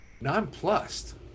nonplussed